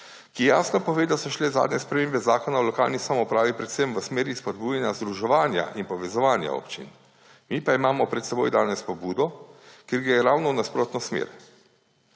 ki jasno pove, da so šle zadnje spremembe Zakona o lokalni samoupravi predvsem v smeri spodbujanja združevanja in povezovanja občin. Mi pa imamo pred seboj danes pobudo, ki gre ravno v nasprotno smer.